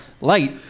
light